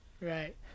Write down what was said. right